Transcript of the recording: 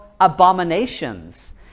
abominations